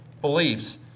beliefs